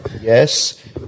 yes